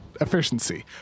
efficiency